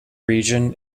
region